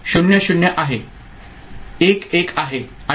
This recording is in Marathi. तर 0 0 आहे 1 1 आहे